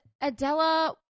Adela